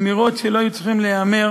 אמירות שלא היו צריכות להיאמר